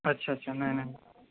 अच्छा अच्छा नाही नाही